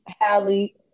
Halle